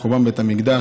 על חורבן בית המקדש.